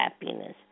happiness